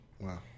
Wow